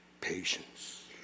patience